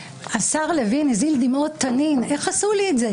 השר לוין הזיל דמעות תנין איך עשו לי את זה?